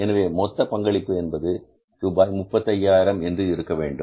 எனவே மொத்த பங்களிப்பு என்பது ரூபாய் 35000 என்று இருக்கவேண்டும்